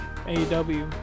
AW